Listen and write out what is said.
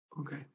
okay